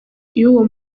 y’uwo